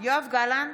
יואב גלנט,